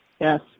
Yes